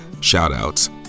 shout-outs